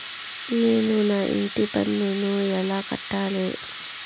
నేను నా ఇంటి పన్నును ఎలా కట్టాలి?